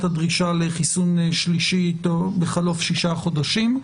הדרישה לחיסון שלישי או בחלוף שישה חודשים.